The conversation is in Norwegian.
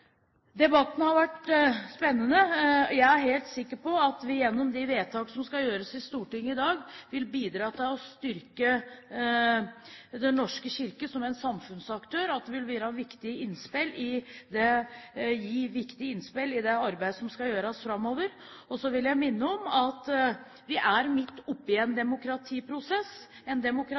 Debatten har vært spennende. Jeg er helt sikker på at vi gjennom de vedtak som skal gjøres i Stortinget i dag, vil bidra til å styrke Den norske kirke som en samfunnsaktør, og at de vil gi viktige innspill i det arbeidet som skal gjøres framover. Så vil jeg minne om at vi er midt oppe i en demokratiprosess, en